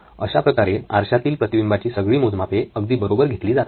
अशाप्रकारे आरशातील प्रतिबिंबाची सगळी मोजमापे अगदी बरोबर घेतली जातात